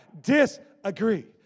disagree